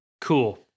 Cool